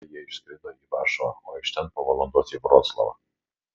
tada jie išskrido į varšuvą iš ten po valandos į vroclavą